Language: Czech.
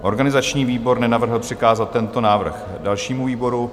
Organizační výbor nenavrhl přikázat tento návrh dalšímu výboru.